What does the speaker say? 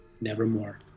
nevermore